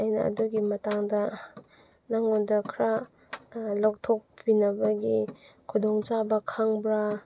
ꯑꯩꯅ ꯑꯗꯨꯒꯤ ꯃꯇꯥꯡꯗ ꯅꯪꯉꯣꯟꯗ ꯈꯔ ꯂꯧꯊꯣꯛꯄꯤꯅꯕꯒꯤ ꯈꯨꯗꯣꯡ ꯆꯥꯕ ꯈꯪꯕ꯭ꯔꯥ